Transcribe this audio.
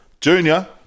junior